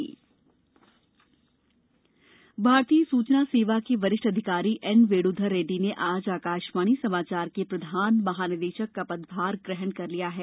principal DG भारतीय सुचना सेवा के वरिष्ठ अधिकारी एन वेणुधर रेड्डी ने आज आकाशवाणी समाचार के प्रधान महानिदेशक का पदभार ग्रहण कर लिया है